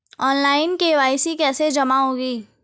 Online KYC कैसे जमा होगी?